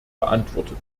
beantwortet